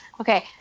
Okay